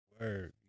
Word